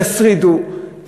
יסריטו,